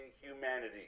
humanity